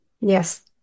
Yes